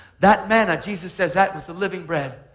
that manna, jesus says that was the living bread,